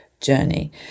journey